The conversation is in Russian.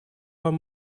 вам